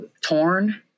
torn